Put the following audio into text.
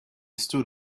stood